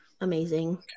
Amazing